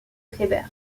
kléber